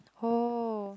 oh